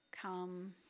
come